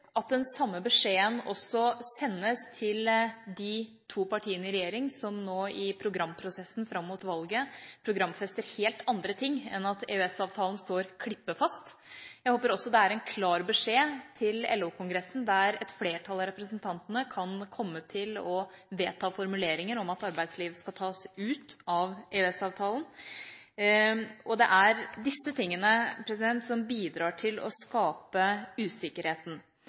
at den samme beskjeden også sendes til de to partiene i regjering, som nå i programprosessen fram mot valget programfester helt andre ting enn at EØS-avtalen står klippefast. Jeg håper også det er en klar beskjed til LO-kongressen, der et flertall av representantene kan komme til å vedta formuleringer om at arbeidsliv skal tas ut av EØS-avtalen. Det er disse tingene som bidrar til å skape usikkerheten.